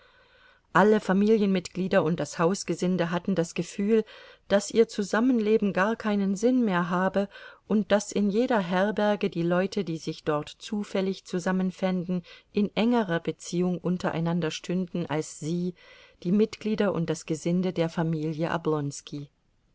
alle familienmitglieder und das hausgesinde hatten das gefühl daß ihr zusammenleben gar keinen sinn mehr habe und daß in jeder herberge die leute die sich dort zufällig zusammenfänden in engerer beziehung untereinander stünden als sie die mitglieder und das gesinde der familie